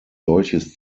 solches